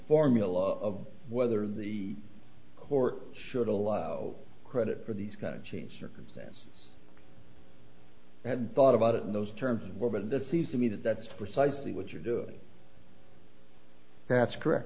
formula of whether the court should allow credit for these kind of changed circumstance i hadn't thought about it in those terms well but this seems to me that that's precisely what you're doing that's correct